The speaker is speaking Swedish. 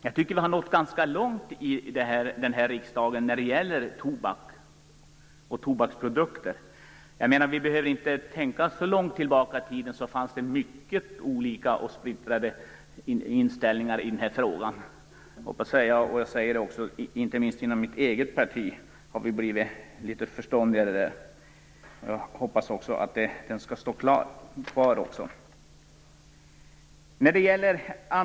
Jag tycker att vi i den här riksdagen har nått ganska långt när det gäller tobak och tobaksprodukter. För inte så länge sedan fanns det många olika och splittrade inställningar i den här frågan, inte minst inom mitt eget parti. Vi har nu blivit litet förståndigare, och jag hoppas att den ståndpunkt vi har nått fram till skall stå fast.